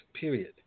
period